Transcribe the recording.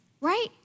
Right